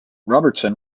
robertson